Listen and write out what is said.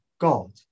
God